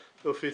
יופי.